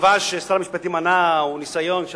התשובה ששר המשפטים ענה היא ניסיון של